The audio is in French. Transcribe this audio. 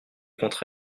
contre